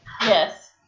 Yes